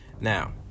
Now